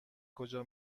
کجا